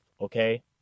okay